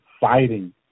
fighting